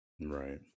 Right